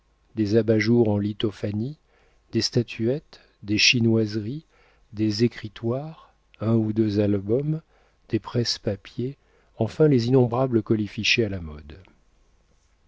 des abat-jour en lithophanies des statuettes des chinoiseries des écritoires un ou deux albums des presse papiers enfin les innombrables colifichets à la mode